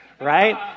right